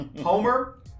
Homer